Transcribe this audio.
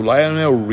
Lionel